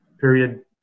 Period